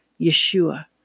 Yeshua